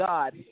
God